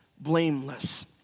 blameless